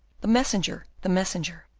the messenger! the messenger!